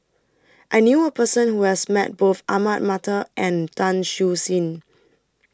I knew A Person Who has Met Both Ahmad Mattar and Tan Siew Sin